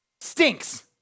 stinks